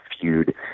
feud